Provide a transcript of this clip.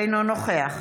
אינו נוכח